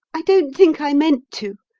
i don't think i meant to.